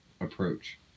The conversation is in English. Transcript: approach